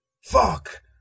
Fuck